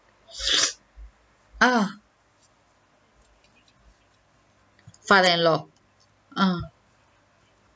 ah father in law ah